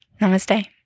Namaste